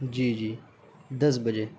جی جی دس بجے